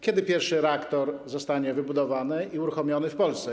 Kiedy pierwszy reaktor zostanie wybudowany i uruchomiony w Polsce?